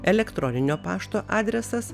elektroninio pašto adresas